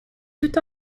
tout